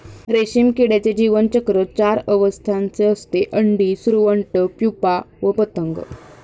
रेशीम किड्याचे जीवनचक्र चार अवस्थांचे असते, अंडी, सुरवंट, प्युपा व पतंग